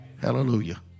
hallelujah